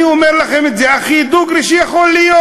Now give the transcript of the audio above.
אני אומר לכם את זה הכי דוגרי שיכול להיות.